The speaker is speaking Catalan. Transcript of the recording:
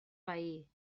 veí